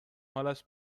حالش